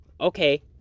Okay